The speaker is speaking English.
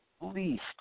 least